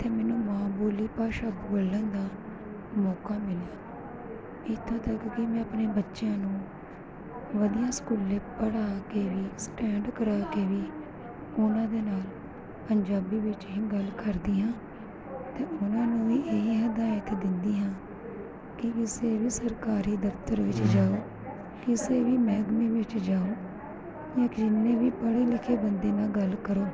ਅਤੇ ਮੈਨੂੰ ਮਾਂ ਬੋਲੀ ਭਾਸ਼ਾ ਬੋਲਣ ਦਾ ਮੌਕਾ ਮਿਲਿਆ ਇੱਥੋਂ ਤੱਕ ਕਿ ਮੈਂ ਆਪਣੇ ਬੱਚਿਆਂ ਨੂੰ ਵਧੀਆ ਸਕੂਲੇ ਪੜ੍ਹਾ ਕੇ ਵੀ ਸਟੈਂਡ ਕਰਾ ਕੇ ਵੀ ਉਹਨਾਂ ਦੇ ਨਾਲ ਪੰਜਾਬੀ ਵਿੱਚ ਹੀ ਗੱਲ ਕਰਦੀ ਹਾਂ ਅਤੇ ਉਹਨਾਂ ਨੂੰ ਵੀ ਇਹ ਹਦਾਇਤ ਦਿੰਦੀ ਹਾਂ ਕਿ ਕਿਸੇ ਵੀ ਸਰਕਾਰੀ ਦਫਤਰ ਵਿੱਚ ਜਾਓ ਕਿਸੇ ਵੀ ਮਹਿਕਮੇ ਵਿੱਚ ਜਾਓ ਜਾਂ ਕਿੰਨੇ ਵੀ ਪੜ੍ਹੇ ਲਿਖੇ ਬੰਦੇ ਨਾਲ ਗੱਲ ਕਰੋ